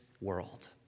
world